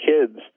kids